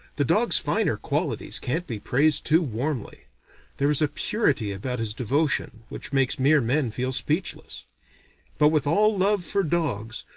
the dog's finer qualities can't be praised too warmly there is a purity about his devotion which makes mere men feel speechless but with all love for dogs,